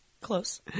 Close